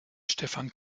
stephan